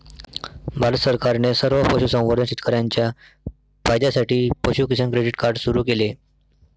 भारत सरकारने सर्व पशुसंवर्धन शेतकर्यांच्या फायद्यासाठी पशु किसान क्रेडिट कार्ड सुरू केले